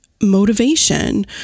motivation